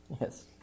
Yes